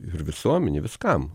ir visuomenė viskam